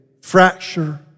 fracture